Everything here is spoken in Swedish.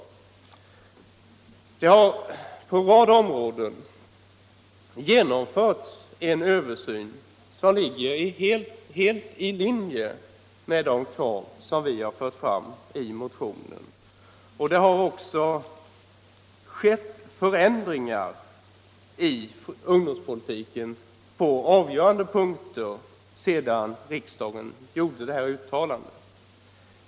Det har på en rad områden genomförts en översyn som ligger helt i linje med de krav som vi förde fram i motionen, och det har också på avgörande punkter skeu förändringar i ungdomspolitiken sedan riksdagen gjorde sitt uttalande.